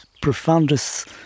profoundest